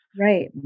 Right